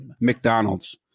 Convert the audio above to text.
McDonald's